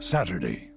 Saturday